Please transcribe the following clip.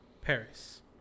Paris